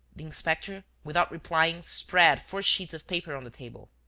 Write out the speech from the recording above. the inspector, without replying, spread four sheets of paper on the table.